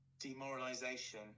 demoralization